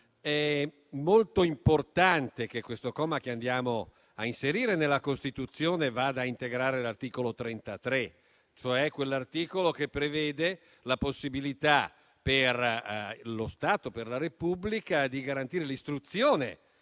è molto importante che questo comma che andiamo a inserire nella Costituzione vada a integrare l'articolo 33, cioè quello che prevede la possibilità per la Repubblica di garantire l'istruzione